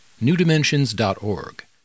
newdimensions.org